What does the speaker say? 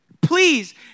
Please